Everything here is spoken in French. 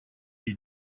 est